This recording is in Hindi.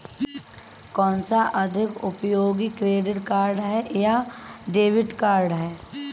कौनसा अधिक उपयोगी क्रेडिट कार्ड या डेबिट कार्ड है?